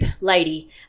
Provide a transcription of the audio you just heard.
Lady